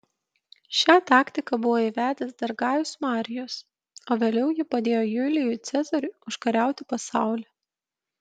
šią taktiką buvo įvedęs dar gajus marijus o vėliau ji padėjo julijui cezariui užkariauti pasaulį